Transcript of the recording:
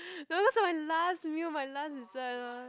no those for my last meal my last dessert ah